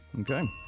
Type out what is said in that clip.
Okay